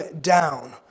down